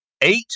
eight